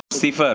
صفر